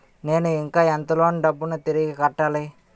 నేను ఇంకా ఎంత లోన్ డబ్బును తిరిగి కట్టాలి?